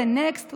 נקסט.